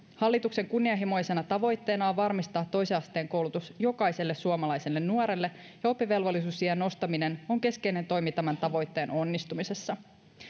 hallituksen kunnianhimoisena tavoitteena on varmistaa toisen asteen koulutus jokaiselle suomalaiselle nuorelle ja oppivelvollisuusiän nostaminen on keskeinen toimi tämän tavoitteen onnistumisessa